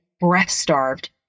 breath-starved